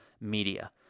media